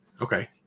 Okay